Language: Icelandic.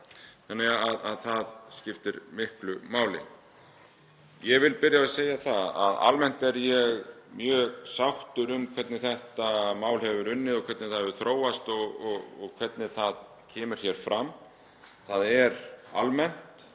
þannig að það skiptir miklu máli. Ég vil byrja á að segja að almennt er ég mjög sáttur við hvernig þetta mál hefur verið unnið og hvernig það hefur þróast og hvernig það kemur fram. Það er almennt